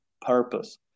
purpose